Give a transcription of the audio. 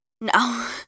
No